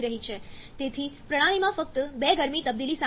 તેથી પ્રણાલીમાં ફક્ત બે ગરમી તબદીલી સામેલ છે